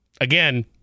again